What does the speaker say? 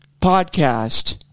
Podcast